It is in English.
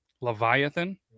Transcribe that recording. Leviathan